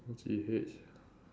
L G H